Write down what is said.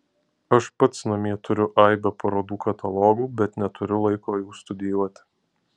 aš pats namie turiu aibę parodų katalogų bet neturiu laiko jų studijuoti